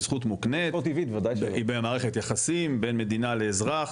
היא זכות מוקנית, מערכת יחסים בין מדינה לאזרח.